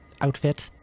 outfit